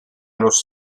los